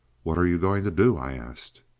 what are you going to do? i asked.